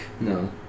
No